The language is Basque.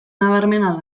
nabarmena